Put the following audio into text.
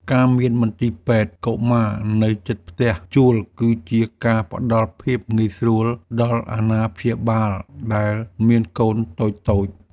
ការមានមន្ទីរពេទ្យកុមារនៅជិតផ្ទះជួលគឺជាការផ្តល់ភាពងាយស្រួលដល់អាណាព្យាបាលដែលមានកូនតូចៗ។